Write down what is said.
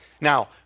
Now